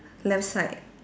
left side